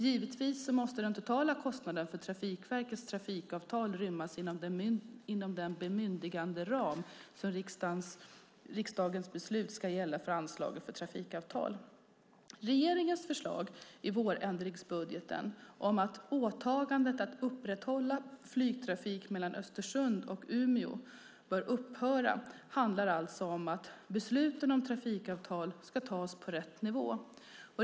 Givetvis måste den totala kostnaden för Trafikverkets trafikavtal rymmas inom den bemyndiganderam som riksdagen beslutat ska gälla för anslaget för trafikavtal. Regeringens förslag i vårändringsbudgeten om att åtagandet att upprätthålla flygtrafik mellan Östersund och Umeå bör upphöra handlar alltså om att besluten om trafikavtal ska tas på rätt nivå.